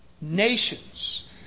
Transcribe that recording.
nations